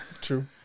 True